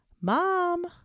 mom